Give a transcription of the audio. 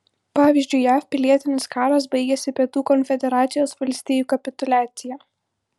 pavyzdžiui jav pilietinis karas baigėsi pietų konfederacijos valstijų kapituliacija